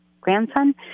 grandson